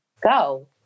go